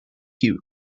cute